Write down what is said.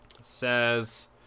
says